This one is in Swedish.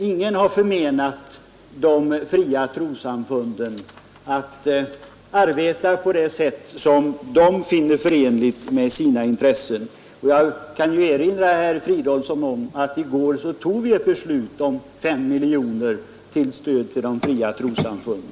Ingen har förmenat de fria trossamfunden att arbeta på det sätt som de finner förenligt med sina intressen; jag vill erinra herr Fridolfsson om att vi i går beslutade att anslå 5 miljoner kronor till de fria trossamfunden.